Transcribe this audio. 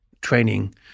training